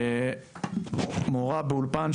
מורה באולפן,